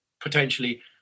potentially